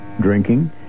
drinking